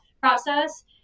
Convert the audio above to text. process